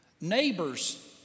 neighbors